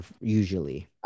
usually